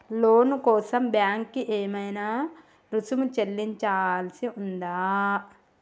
లోను కోసం బ్యాంక్ కి ఏమైనా రుసుము చెల్లించాల్సి ఉందా?